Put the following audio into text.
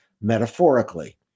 metaphorically